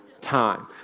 time